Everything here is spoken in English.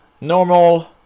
Normal